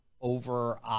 over